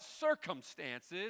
circumstances